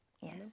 Yes